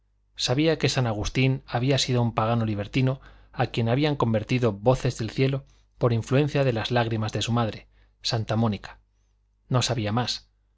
sabía que san agustín había sido un pagano libertino a quien habían convertido voces del cielo por influencia de las lágrimas de su madre santa mónica no sabía más